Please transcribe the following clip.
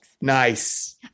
Nice